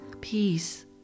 peace